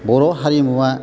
बर' हारिमुवा